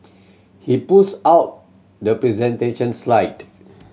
he pulls out the presentation slide